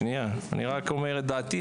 אני רק אומר את דעתי,